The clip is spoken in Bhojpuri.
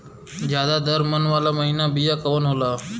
ज्यादा दर मन वाला महीन बिया कवन होला?